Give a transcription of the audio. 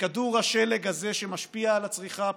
וכדור השלג הזה, שמשפיע על הצריכה הפרטית,